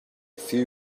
few